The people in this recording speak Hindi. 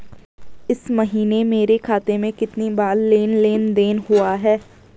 इस महीने मेरे खाते में कितनी बार लेन लेन देन हुआ है?